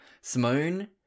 simone